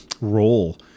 role